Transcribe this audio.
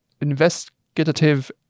investigative